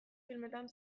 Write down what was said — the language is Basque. filmetan